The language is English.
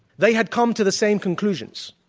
they had come to the same conclusions.